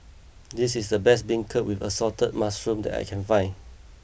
this is the best Beancurd with Assorted Mushrooms that I can find